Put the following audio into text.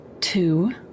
two